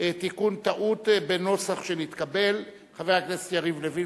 (תיקון טעות בנוסח שנתקבל) חבר הכנסת יריב לוין,